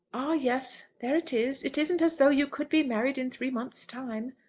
ah, yes there it is. it isn't as though you could be married in three months' time.